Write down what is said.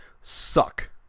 suck